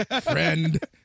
friend